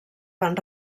van